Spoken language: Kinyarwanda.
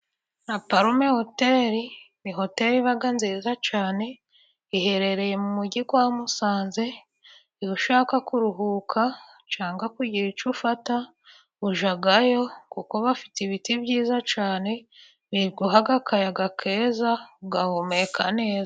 La Palume hoteli ni hoteli iba nziza cyane iherereye mu mujyi wa Musanze. Iyo ushaka kuruhuka cyanga kugira icyo ufata ujyayo, kuko bafite ibiti byiza cyane biguha akayaga keza, ugahumeka neza.